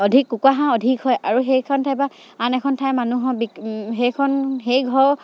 অধিক কুকৰা হাঁহ অধিক হয় আৰু সেইখন ঠাই পা আন এখন ঠাই মানুহৰ বি সেইখন সেই ঘৰ